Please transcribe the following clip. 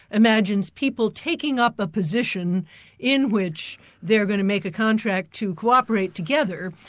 imagines people taking up a position in which they're going to make a contract to co-operate together.